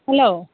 hello